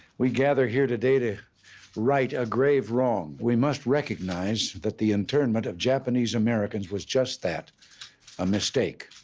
we gather here today to right a grave wrong. we must recognize that the internment of japanese americans was just that a mistake.